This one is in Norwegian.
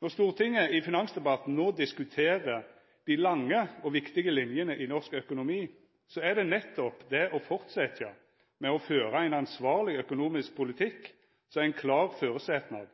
Når Stortinget i finansdebatten no diskuterer dei lange og viktige linjene i norsk økonomi, er det nettopp det å fortsetja med å føra ein ansvarleg økonomisk politikk som er ein klar føresetnad